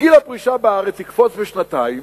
גיל הפרישה בארץ יקפוץ בשנתיים,